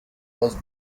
was